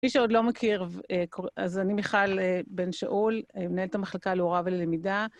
מי שעוד לא מכיר, אז אני מיכל בן שאול, מנהלת המחלקה להוראה וללמידה.